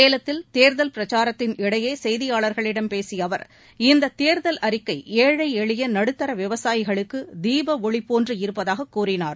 சேலத்தில் தேர்தல் பிரச்சாரத்தின் இடையே செய்தியாளர்களிடம் பேசிய அவர் இந்தத் தேர்தல் அறிக்கை ஏழை எளிய நடுத்தர விவசாயிகளுக்கு தீப ஒளி போன்று இருப்பதாகக் கூறினார்